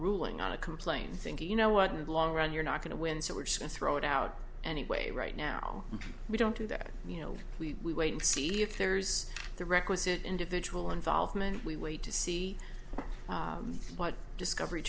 ruling on a complaint thinking you know what in the long run you're not going to win so we're just going to throw it out anyway right now we don't do that you know we wait and see if there's the requisite individual involvement we wait to see what discovery